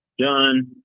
done